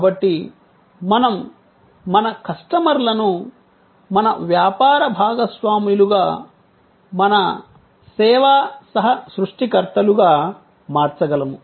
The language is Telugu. కాబట్టి మనం మన కస్టమర్లను మన వ్యాపార భాగస్వాములుగా మన సేవా సహ సృష్టికర్తలుగా మార్చగలము